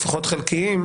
לפחות חלקיים,